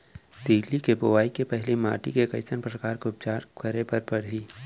तिलि के बोआई के पहिली माटी के कइसन प्रकार के उपचार करे बर परही?